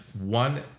one